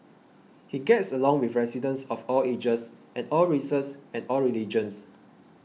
he gets along with residents of all ages and all races and all religions